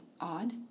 odd